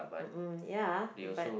mmhmm yeah but